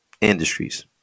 industries